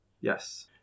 Yes